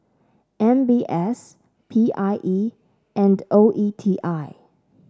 M B S P I E and O E T I